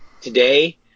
today